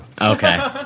Okay